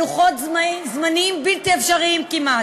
בלוחות-זמנים בלתי אפשריים כמעט.